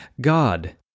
God